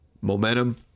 momentum